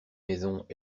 maisons